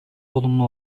olumlu